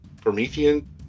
Promethean